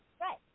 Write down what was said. right